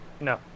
No